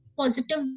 positive